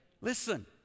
Listen